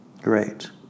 Great